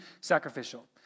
sacrificial